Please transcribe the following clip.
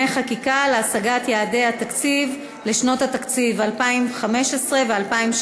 חקיקה ליישום המדיניות הכלכלית לשנות התקציב 2015 ו-2016),